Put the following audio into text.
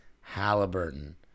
Halliburton